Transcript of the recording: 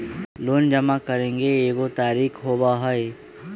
Loan जमा करेंगे एगो तारीक होबहई?